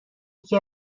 یکی